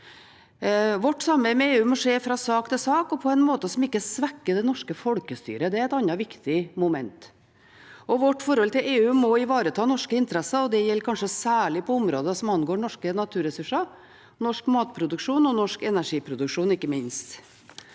Vårt samarbeid med EU må skje fra sak til sak og på en måte som ikke svekker det norske folkestyret. Det er et annet viktig moment. Vårt forhold til EU må ivareta norske interesser, og det gjelder kanskje særlig på områder som angår norske naturressurser, norsk matproduksjon og norsk energiproduksjon ikke minst.